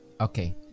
okay